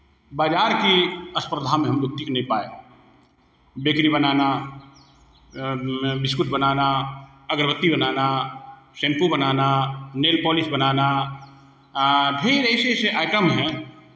बाज़ार की स्पर्धा में हमलोग टिकने पाएँ बेकरी बनाना बिस्कुट बनाना अगरबत्ती बनाना शैम्पू बनाना नेल पॉलिश बनाना ढेर ऐसे ऐसे आइटम हैं